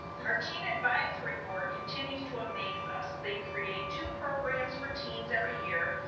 harcina advisory board continues to amaze us. they create two programs for teens every year.